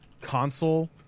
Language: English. console